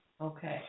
Okay